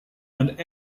and